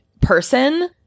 person